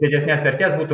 didesnės vertės būtų